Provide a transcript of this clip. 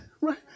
Right